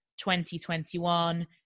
2021